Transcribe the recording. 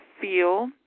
feel